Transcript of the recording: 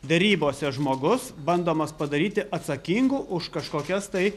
derybose žmogus bandomas padaryti atsakingu už kažkokias tai